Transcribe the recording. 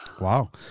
wow